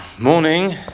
Morning